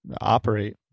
operate